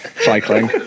cycling